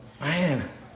Man